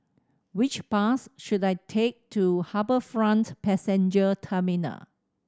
which bus should I take to HarbourFront Passenger Terminal